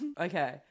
Okay